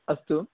अस्तु